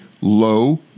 low